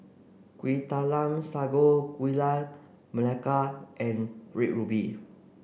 Kueh Talam Sago Gula Melaka and red ruby